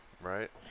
Right